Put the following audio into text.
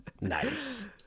Nice